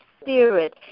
spirit